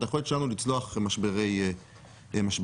את היכולת שלנו לצלוח משברי ביניים.